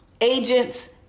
agents